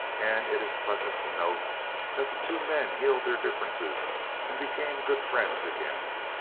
and it is pleasant to note that the two men healed their differences and became good friends again.